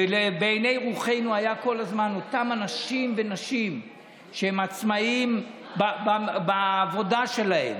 ולנגד עינינו היו כל הזמן אותם אנשים ונשים שהם עצמאים בעבודה שלהם,